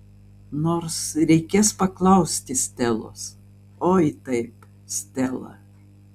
nors reikės paklausti stelos oi taip stela